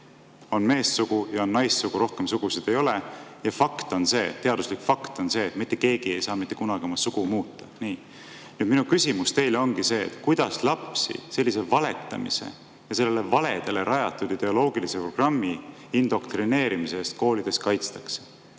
on meessugu ja on naissugu, rohkem sugusid ei ole. Ja teaduslik fakt on see, et mitte keegi ei saa mitte kunagi oma sugu muuta. Minu küsimus teile ongi see: kuidas lapsi sellise valetamise ja sellise valedele rajatud ideoloogilise programmi indoktrineerimise eest koolides kaitstakse?